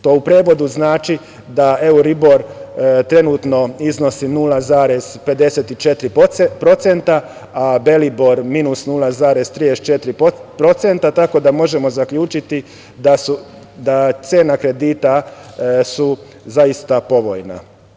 To u prevodu znači da euribor trenutno iznosi 0,54% a belibor minus 0,34%, tako da možemo zaključiti da je cena kredita zaista povoljna.